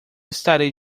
estarei